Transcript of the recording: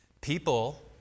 People